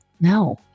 no